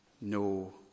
no